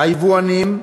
היבואנים,